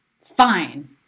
fine